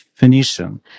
Phoenician